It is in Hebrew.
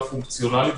לאומיים.